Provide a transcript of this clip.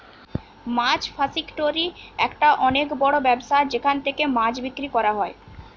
মাছ ফাসিকটোরি একটা অনেক বড় ব্যবসা যেখান থেকে মাছ বিক্রি করা হয়